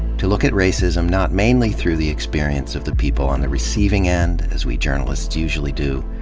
to look at racism not mainly through the experience of the people on the receiving end, as we journalists usually do,